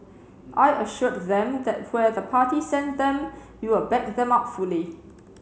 I assured them that where the party send them we will back them up fully